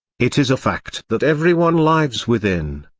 it is a fact that everyone lives within,